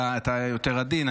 אתה יותר עדין,